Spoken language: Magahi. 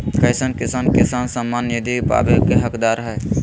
कईसन किसान किसान सम्मान निधि पावे के हकदार हय?